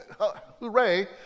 hooray